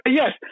yes